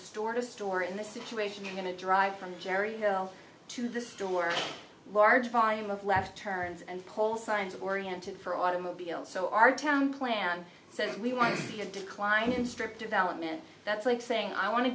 store to store in the situation you're going to drive from jerry to the store a large volume of left turns and cold science oriented for automobiles so our town plan so if we want to see a decline in strip development that's like saying i want to